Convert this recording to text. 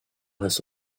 has